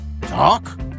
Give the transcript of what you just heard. talk